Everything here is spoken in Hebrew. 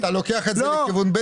אמרתי א', ואתה לוקח את זה לכיוון ב'.